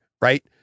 Right